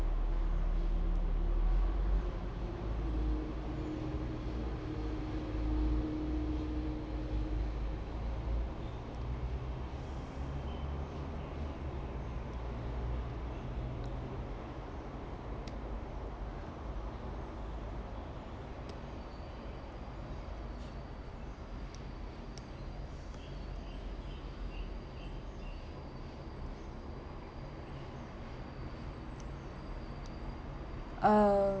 uh